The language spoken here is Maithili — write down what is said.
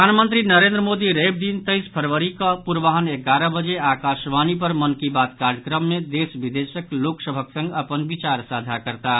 प्रधानमंत्री नरेन्द्र मोदी रवि दिन तेईस फरवरी कऽ पूर्वाह्न एगारह बजे आकाशवाणी पर मन की बात कार्यक्रम मे देश विदेशक लोक सभक संग अपन विचार साझा करताह